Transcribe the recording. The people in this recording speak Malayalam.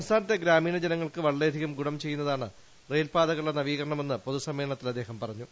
സംസ്ഥാനത്തെ ഗ്രാമീണ ജനങ്ങൾക്ക് വളരെയധികം ഗുണ്ട് ചെയ്യുന്നതാണ് റെയിൽപാതകളുടെ നവീകരണമെന്ന് പൊതുസമ്മേളനുത്തിൽ അദ്ദേഹം പറഞ്ഞു